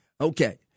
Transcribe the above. Okay